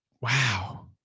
Wow